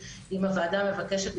אם הוועדה מבקשת,